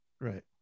right